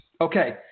Okay